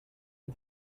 but